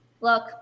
look